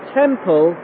temple